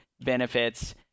benefits